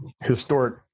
historic